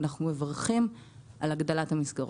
אנחנו מברכים על הגדלת המסגרות.